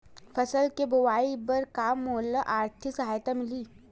फसल के बोआई बर का मोला आर्थिक सहायता मिलही?